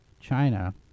China